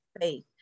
faith